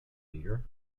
leader